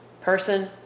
person